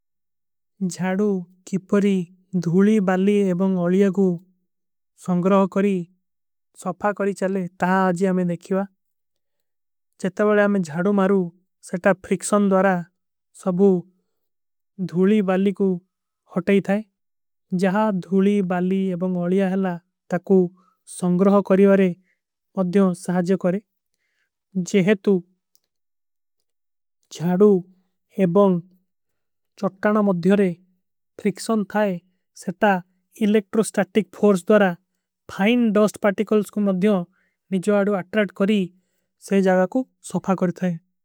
ଜାଡୂ, କିପରୀ, ଧୂଲୀ, ବାଲୀ ଏବଂଗ ଓଲିଯା କୋ ସଂଗ୍ରହ କରୀ। ସଫା କରୀ ଚଲେ ତା ଆଜୀ ହମେଂ ନେଖିଵା ଚେତା ବଡେ ହମେଂ ଜାଡୂ। ମାରୂ ସେଟା ଫ୍ରିକ୍ଷନ ଦୋରା ସଭୂ ଧୂଲୀ ବାଲୀ କୋ ହୋଟେ ହୀ ଥାଈ। ଜହାଁ ଧୂଲୀ ବାଲୀ ଏବଂଗ ଓଲିଯା ହୈଲା ତା କୋ ସଂଗ୍ରହ କରୀ ଵାରେ। ମଦ୍ଯୋଂ ସହାଜେ କରେଂ ଜେହେ ତୂ ଜାଡୂ ଏବଂଗ ଚଟ୍ଟାନା ମଧ୍ଯୋରେ ଫ୍ରିକ୍ଷନ। ଥାଈ ସେଟା ଇଲେକ୍ଟ୍ରୋ ସ୍ଟାଟିକ ଫୋର୍ସ ଦୋରା ଫାଇଂ ଡସ୍ଟ ପାଟିକଲ୍ସ। କୋ ମଧ୍ଯୋଂ ନିଜଵାଡୂ ଅଟ୍ରାଟ କରୀ ସେ ଜାଗା କୋ ସଫା କରୀ ଥାଈ।